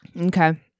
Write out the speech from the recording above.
Okay